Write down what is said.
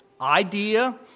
idea